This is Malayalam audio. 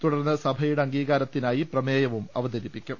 തുടർന്ന് സഭയുടെ അംഗീകാരത്തിനായി പ്രമേയം അവതരിപ്പിക്കും